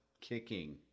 kicking